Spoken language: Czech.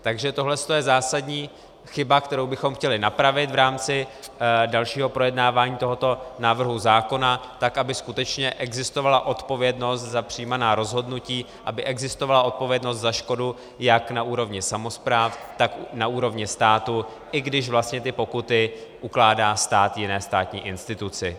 Takže tohle to je zásadní chyba, kterou bychom chtěli napravit v rámci dalšího projednávání tohoto návrhu zákona tak, aby skutečně existovala odpovědnost za přijímaná rozhodnutí, aby existovala odpovědnost za škodu jak na úrovni samospráv, tak na úrovni státu, i když vlastně ty pokuty ukládá stát jiné státní instituci.